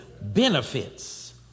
benefits